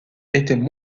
étaient